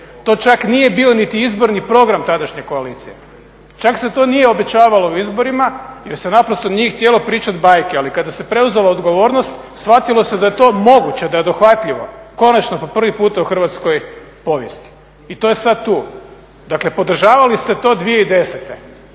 to čak nije bio niti izborni program tadašnje koalicije, čak se to nije obećavalo u izborima, jer se naprosto nije htjelo pričati bajke. Ali kada se preuzela odgovornost shvatilo se da je to moguće, dohvatljivo konačno po prvi puta u Hrvatskoj povijesti i to je sad tu. Dakle, podržavali ste to 2010.